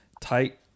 tight